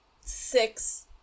six